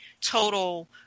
total